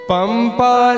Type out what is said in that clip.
Pampa